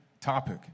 topic